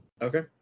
Okay